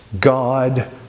God